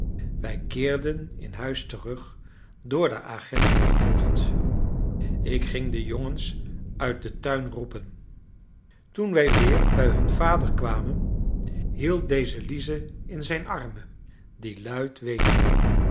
wij keerden in huis terug door de agenten gevolgd ik ging de jongens uit den tuin roepen toen wij weer bij hun vader kwamen hield deze lize in zijn armen die luid weende